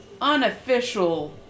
unofficial